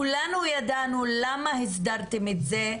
כולנו ידענו למה הסדרתם את זה.